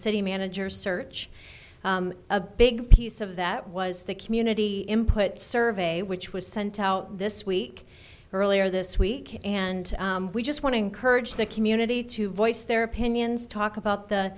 city manager search a big piece of that was the community input survey which was sent out this week earlier this week and we just want to encourage the community to voice their opinions talk about the